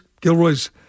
Gilroy's